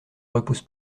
repousse